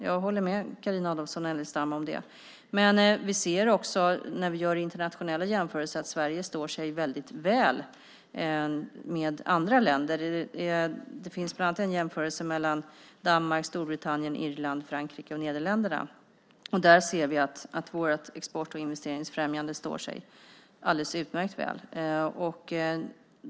Jag håller med Carina Adolfsson Elgestam om det. Men vi ser också när vi gör internationella jämförelser att Sverige står sig väldigt väl jämfört med andra länder. Det finns bland annat en jämförelse med Danmark, Storbritannien, Irland, Frankrike och Nederländerna. Där ser vi att vårt export och investeringsfrämjande står sig alldeles utmärkt.